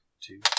two